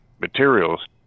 materials